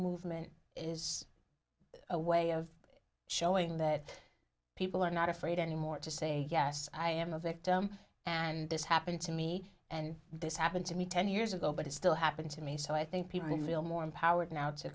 movement is a way of showing that people are not afraid anymore to say yes i am a victim and this happened to me and this happened to me ten years ago but it's still happening to me so i think people feel more empowered now to